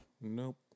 Nope